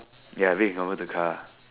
ya the bed can convert to car